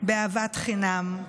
באהבת חינם.